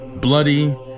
bloody